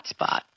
hotspot